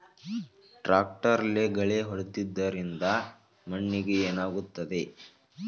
ಟ್ರಾಕ್ಟರ್ಲೆ ಗಳೆ ಹೊಡೆದಿದ್ದರಿಂದ ಮಣ್ಣಿಗೆ ಏನಾಗುತ್ತದೆ?